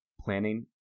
Planning